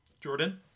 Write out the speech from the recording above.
Jordan